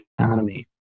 economy